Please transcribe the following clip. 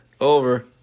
Over